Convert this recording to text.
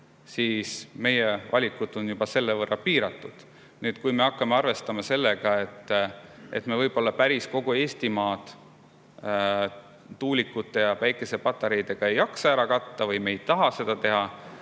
siis on meie valikud juba selle võrra piiratud. Kui me hakkame arvestama sellega, et võib-olla päris kogu Eestimaad me tuulikute ja päikesepatareidega ära katta ei jaksa või me ei taha seda teha,